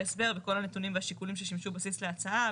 הסבר וכל הנתונים והשיקולים ששימשו בסיס להצעה.